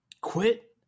Quit